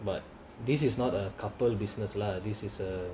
but this is not a couple business lah this is a